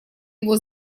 его